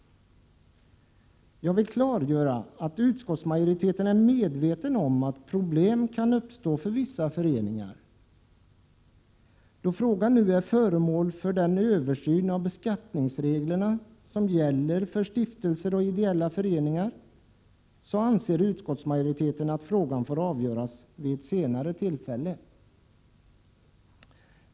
Jag vill klargöra att utskottsmajoriteten är medveten om att problem kan uppstå för vissa föreningar. Då frågan nu är föremål för den översyn av beskattningsreglerna som gäller för stiftelser och ideella föreningar, så anser utskottsmajoriteten att frågan får avgöras vid ett senare tillfälle.